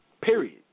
Period